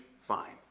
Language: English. fine